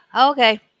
Okay